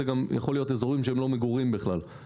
יכול להיות שאלה אזורים שהם לא אזורי מגורים.